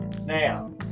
Now